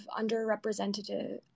underrepresented